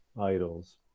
idols